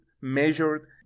measured